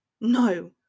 No